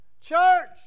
church